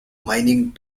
mining